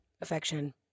affection